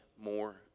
More